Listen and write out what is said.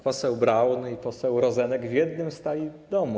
Poseł Braun i poseł Rozenek w jednym stali domu.